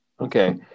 Okay